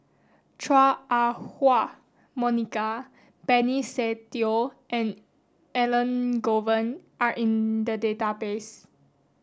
Chua Ah Huwa Monica Benny Se Teo and Elangovan are in the database